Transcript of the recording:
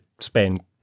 spend